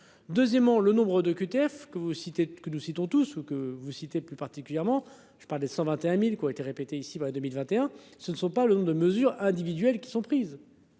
Deuxièmement, le nombre d'OQTF que vous citez que nous citons tous où que vous citez, plus particulièrement, je parle des 121.000 qui a été répété ici fin 2021. Ce ne sont pas le nombre de mesures individuelles qui sont prises.--